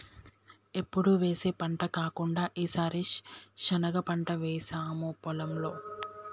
ఎప్పుడు వేసే పంట కాకుండా ఈసారి శనగ పంట వేసాము పొలంలో